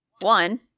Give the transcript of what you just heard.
One